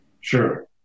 Sure